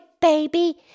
baby